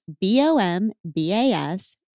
B-O-M-B-A-S